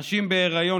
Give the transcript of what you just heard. נשים בהיריון,